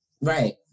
Right